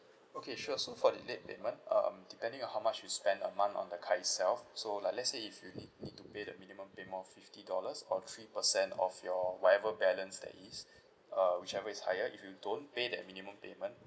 okay sure so for the late payment um depending on how much you spend a month on the card itself so like let's say if you need need to pay the minimum payment of fifty dollars or three percent of your whatever balance there is uh whichever is higher if you don't pay that minimum payment